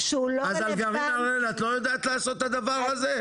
אז על גרעין הראל את לא יודעת לעשות את הדבר הזה?